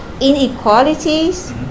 inequalities